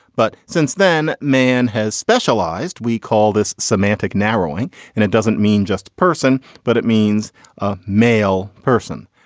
but since then man has specialized. we call this semantic narrowing and it doesn't mean just person but it means a male person.